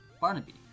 Barnaby